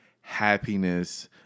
happiness